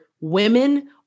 women